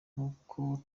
nk’uko